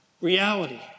reality